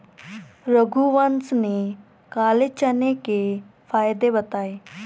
रघुवंश ने काले चने के फ़ायदे बताएँ